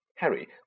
Harry